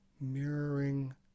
mirroring